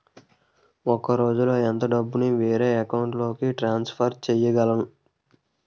ఒక రోజులో ఎంత డబ్బుని వేరే అకౌంట్ లోకి ట్రాన్సఫర్ చేయగలను?